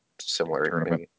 similar